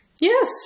Yes